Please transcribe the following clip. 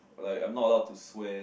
like I'm not allowed to swear